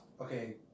Okay